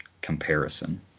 comparison